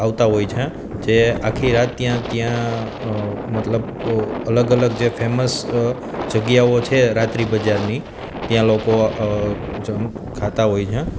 આવતા હોય છે જે આખી રાત ત્યાં ત્યાં મતલબ અલગ અલગ જે ફેમસ જગ્યાઓ છે રાત્રિ બજારની ત્યાં લોકો ખાતા હોય છે